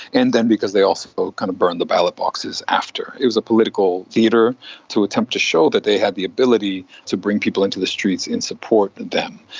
and then because they also kind of burned the ballot boxes after. it was a political theatre to attempt to show that they had the ability to bring people into the streets in support of them.